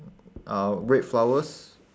uh red flowers